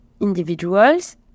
individuals